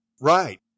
Right